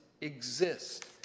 exist